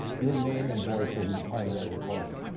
your name and voice will be be part of that recording.